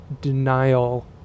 denial